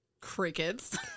Crickets